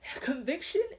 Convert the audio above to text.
conviction